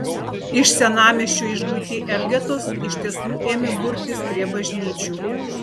iš senamiesčio išguiti elgetos iš tiesų ėmė burtis prie bažnyčių